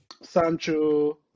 Sancho